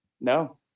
No